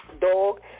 dog